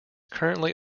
currently